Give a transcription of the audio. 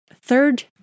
third